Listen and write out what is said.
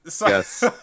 Yes